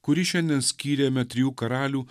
kurį šiandien skyrėme trijų karalių